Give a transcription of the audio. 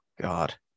God